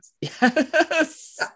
Yes